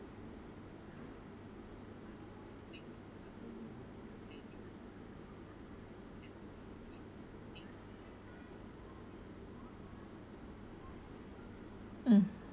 mm